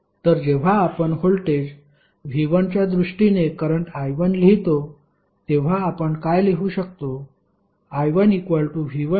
तर जेव्हा आपण व्होल्टेज V1 च्या दृष्टीने करंट I1 लिहितो तेव्हा आपण काय लिहू शकतो